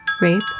rape